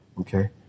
Okay